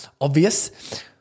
obvious